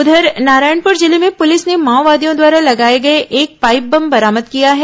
उधर नारायणपुर जिले में पुलिस ने माओवादियों द्वारा लगाए गए एक पाइप बम बरामद किया है